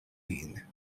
vin